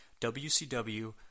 WCW